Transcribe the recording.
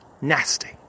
nasty